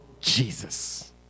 Jesus